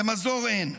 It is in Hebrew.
ומזור אין.